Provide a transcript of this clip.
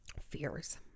fears